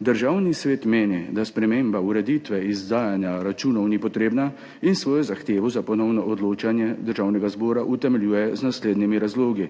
Državni svet meni, da sprememba ureditve izdajanja računov ni potrebna, in svojo zahtevo za ponovno odločanje Državnega zbora utemeljuje z naslednjimi razlogi.